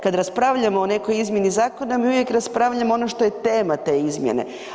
Kada raspravljamo o nekoj izmjeni zakona, mi uvijek raspravljamo ono što je tema te izmjene.